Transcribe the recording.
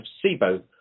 placebo